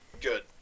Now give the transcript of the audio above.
Good